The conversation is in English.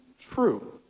true